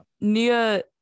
Nia